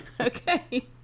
Okay